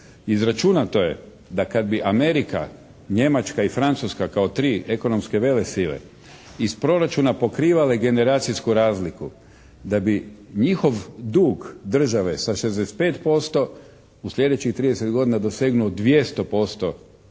Izračunato je da kad bi Amerika, Njemačka i Francuska kao tri ekonomske velesile iz Proračuna pokrivale generacijsku razliku da bi njihov dug države sa 65% u sljedećih 30 godina dosegnuo 200% državnog